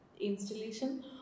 installation